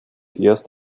erst